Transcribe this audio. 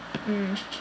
mm